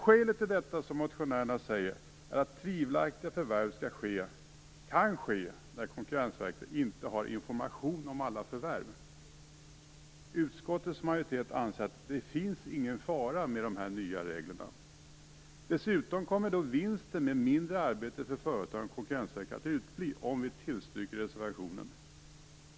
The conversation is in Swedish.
Skälet till detta, som motionärerna säger, är att tvivelaktiga förvärv kan ske när Konkurrensverket inte har information om alla förvärv. Utskottets majoritet anser att det inte finns någon fara med de nya reglerna. Dessutom kommer vinsten med mindre arbete för företagen och Konkurrensverket att utebli om vi tillstyrker reservationen.